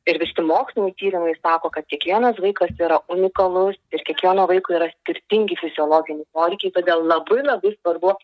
ir visi moksliniai tyrimai sako kad kiekvienas vaikas yra unikalus ir kiekvieno vaiko yra skirtingi fiziologiniai poreikiai todėl labai labai svarbu